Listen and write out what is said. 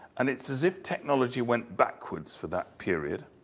and it's as if technology went backwards for that period.